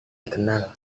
dikenal